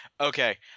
Okay